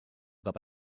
cap